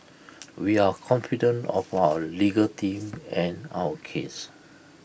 we are confident of our legal team and our case